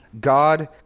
God